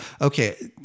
okay